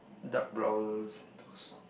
dark brown sandals